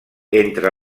entre